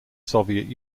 soviet